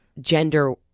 gender